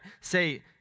say